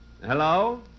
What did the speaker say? Hello